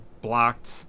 blocked